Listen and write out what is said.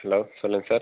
hello சொல்லுங்கள் sir